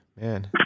man